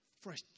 Fresh